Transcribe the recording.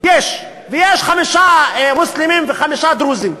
ויש חמישה מוסלמים וחמישה דרוזים.